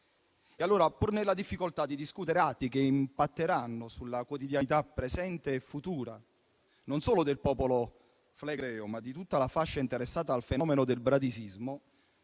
E allora, pur nella difficoltà di discutere atti che impatteranno sulla quotidianità presente e futura, non solo del popolo flegreo, ma di tutta la fascia interessata al fenomeno del bradisismo,